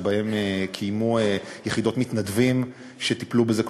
שבהם קיימו יחידות מתנדבים שטיפלו בזה.